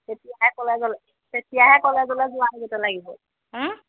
তেতিয়াহে কলেজলৈ তেতিয়াহে কলেজলৈ যোৱাৰ লাগিব